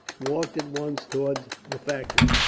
walked at once towards the factory.